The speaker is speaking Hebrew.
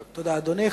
תודה, אדוני.